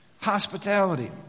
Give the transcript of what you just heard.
Hospitality